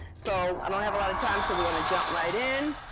so i don't have a lot of time, so we're gonna jump right in.